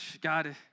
God